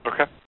Okay